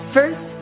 First